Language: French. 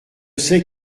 sait